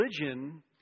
Religion